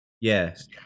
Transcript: Yes